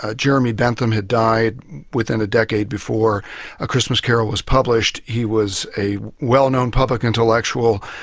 ah jeremy bentham had died within a decade before a christmas carol was published. he was a well-known public intellectual.